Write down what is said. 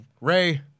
Ray